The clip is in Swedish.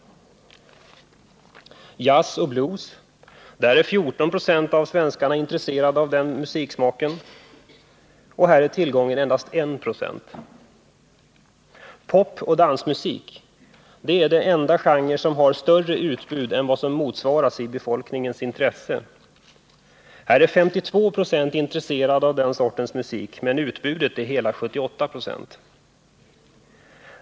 Av musik som jazz och blues är 14 96 av svenskarna intresserade, men tillgången på sådan musik är endast 1 96. Popoch dansmusik är den enda genre där utbudet är större än vad som motsvaras av befolkningens intresse. 52 96 är intresserade av den sortens musik, men utbudet är hela 78 96.